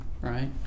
right